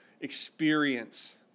experience